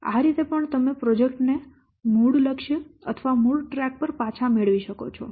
આ રીતે પણ તમે પ્રોજેક્ટ ને મૂળ લક્ષ્ય અથવા મૂળ ટ્રેક પર પાછા મેળવી શકો છો